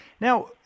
Now